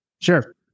Sure